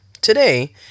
today